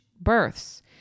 births